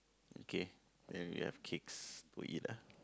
okay and then we have cakes to eat lah